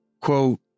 quote